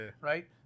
right